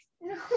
No